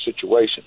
situation